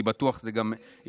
כי בטוח זה גם יתגלה.